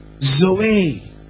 Zoe